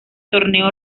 torneo